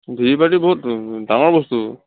V D P party বহুত ডাঙৰ বস্তু